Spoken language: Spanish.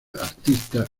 artista